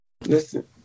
Listen